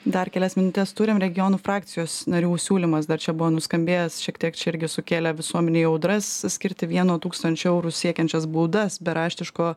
dar kelias minutes turim regionų frakcijos narių siūlymas dar čia buvo nuskambėjęs šiek tiek čia irgi sukėlė visuomenėj audras skirti vieno tūkstančio eurų siekiančias baudas be raštiško